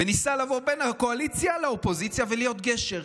ניסה לבוא בין הקואליציה לאופוזיציה ולהיות גשר.